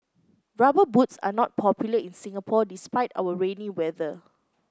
rubber boots are not popular in Singapore despite our rainy weather